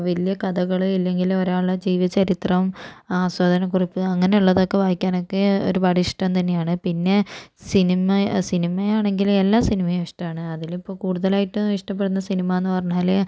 വലിയ കഥകൾ ഇല്ലെങ്കിൽ ഒരാളുടെ ജീവചരിത്രം ആസ്വാദനക്കുറിപ്പ് അങ്ങനെയുള്ളതൊക്കെ വായിക്കാനൊക്കെ ഒരുപാട് ഇഷ്ടം തന്നെയാണ് പിന്നെ സിനിമ സിനിമയാണെങ്കിൽ എല്ലാ സിനിമയും ഇഷ്ടമാണ് അതിലിപ്പോൾ കൂടുതലായിട്ടും ഇഷ്ടപ്പെടുന്ന സിനിമയെന്നു പറഞ്ഞാൽ